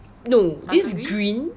no this green